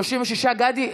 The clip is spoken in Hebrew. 36. גדי,